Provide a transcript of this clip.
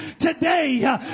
today